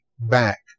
back